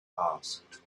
asked